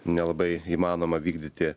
nelabai įmanoma vykdyti